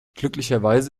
glücklicherweise